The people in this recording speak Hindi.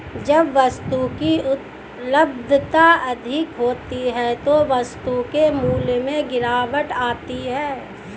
जब वस्तु की उपलब्धता अधिक होती है तो वस्तु के मूल्य में गिरावट आती है